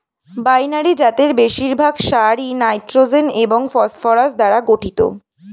binary জাতের বেশিরভাগ সারই নাইট্রোজেন এবং ফসফরাস দ্বারা গঠিত